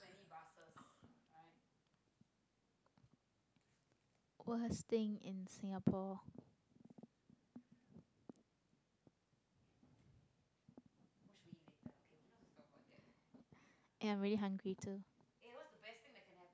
worst thing in singapore ya i'm really hungry too